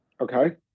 Okay